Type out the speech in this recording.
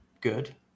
Good